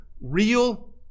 real